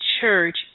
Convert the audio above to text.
church